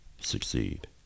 succeed